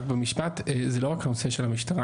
רק במשפט, זה לא רק הנושא של המשטרה.